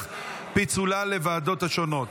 לוועדות השונות.